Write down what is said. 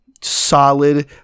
solid